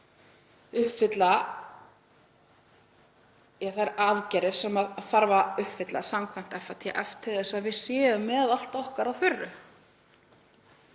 uppfylla þær aðgerðir sem þarf að uppfylla samkvæmt FATF til þess að við séum með allt okkar á þurru.